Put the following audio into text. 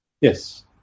Yes